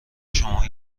شما